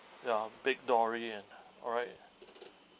ya big dory and alright